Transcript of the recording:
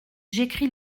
j’écris